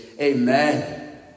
Amen